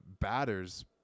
Batters